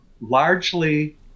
largely